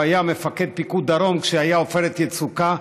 הוא היה מפקד פיקוד דרום כשהיה עופרת יצוקה,